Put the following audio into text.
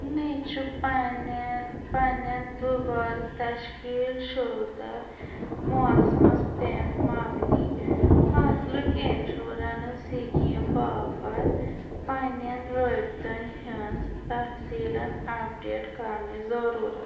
مےٚ چھُ پنہِ پنٕںٮ۪ن دُبارٕ تشکیٖل شُدہ موسمس پٮ۪ٹھ مبنی فصلُک اِنشورنٕس سِکیٖم باپَتھ پنٕنٮ۪ن رٲبطن ہٕنٛز تفصیٖلن اَپڈیٹ کَرنٕچ ضروٗرت